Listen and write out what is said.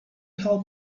help